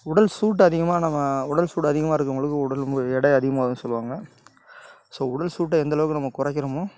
உடல் சூட்டை அதிகமாக நம்ம உடல் சூடு அதிகமாக இருக்கறவங்களுக்கு உடல் ரொம்ப எடை அதிகமாவும் சொல்லுவாங்க ஸோ உடல் சூட்டை எந்த அளவுக்கு நம்ம குறைக்கிறோமோ